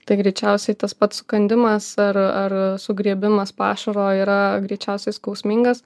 tai greičiausiai tas pats sukandimas ar ar sugriebimas pašaro yra greičiausiai skausmingas